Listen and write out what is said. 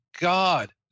God